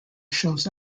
shows